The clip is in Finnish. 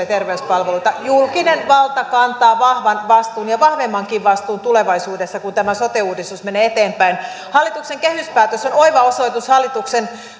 ja terveyspalveluita julkinen valta kantaa vahvan vastuun ja vahvemmankin vastuun tulevaisuudessa kun tämä sote uudistus menee eteenpäin hallituksen kehyspäätös on oiva osoitus hallituksen